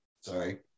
Sorry